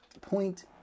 point